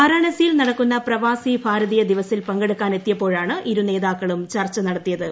വാരാണസിയിൽ നടക്കുന്ന പ്രവാസി ഭാരതീയ ദിവസിൽ പങ്കെടുക്കാനെത്തിയപ്പോഴാണ് ഇരു നേതാക്കളും ചർച്ച നടത്തിയത്